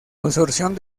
absorción